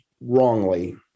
wrongly